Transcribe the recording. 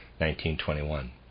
1921